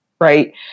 right